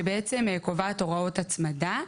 שבעצם קובעת הוראות הצמדה,